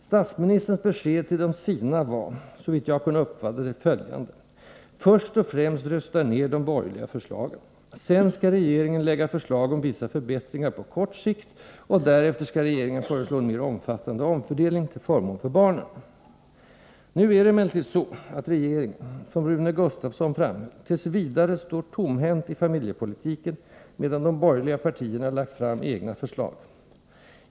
Statsministerns besked till de sina var, såvitt jag kunde uppfatta det, följande: först och främst rösta ner de borgerliga förslagen! Sedan skall regeringen lägga förslag om vissa förbättringar på kort sikt, och därefter skall regeringen föreslå en mer omfattande omfördelning till förmån för barnen. Nu är det emellertid så att regeringen, som Rune Gustavsson framhöll, t.v. står tomhänt i familjepolitiken, medan de borgerliga partierna lagt fram egna förslag.